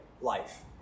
life